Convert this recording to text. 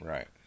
Right